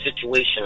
situation